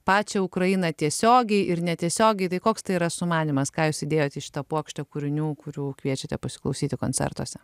pačią ukrainą tiesiogiai ir netiesiogiai tai koks tai yra sumanymas ką jūs įdėjote į šitą puokštę kūrinių kurių kviečiate pasiklausyti koncertuose